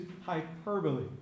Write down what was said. hyperbole